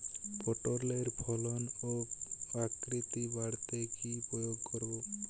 পটলের ফলন ও আকৃতি বাড়াতে কি প্রয়োগ করব?